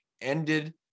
ended